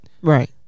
Right